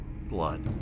blood